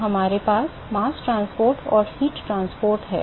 तो हमारे पास mass transport और heat transport है